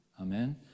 Amen